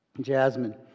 Jasmine